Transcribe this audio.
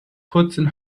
kurzen